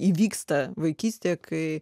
įvyksta vaikystėje kai